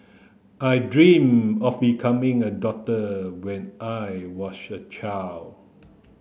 I dream of becoming a doctor when I was a child